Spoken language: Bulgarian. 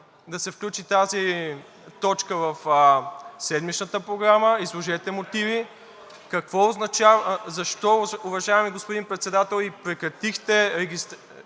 да се включи тази точка в седмичната Програма? Изложете мотиви! Защо, уважаеми господин Председател, прекратихте регистрацията